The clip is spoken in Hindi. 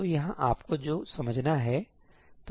तो यहाँ आपको जो समझना है सही है